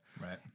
Right